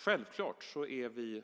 Självklart är vi